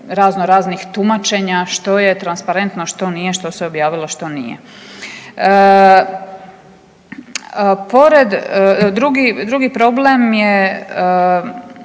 razno raznih tumačenja što je transparentno a što nije, što se objavilo što nije. Pored, drugi problem je